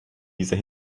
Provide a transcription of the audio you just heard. dieser